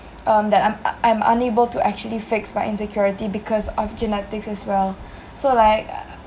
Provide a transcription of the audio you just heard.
um that I'm I'm unable to actually fix my insecurity because of genetics as well so like